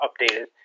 updated